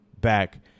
back